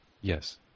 Yes